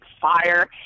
fire